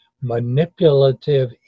manipulative